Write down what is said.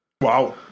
Wow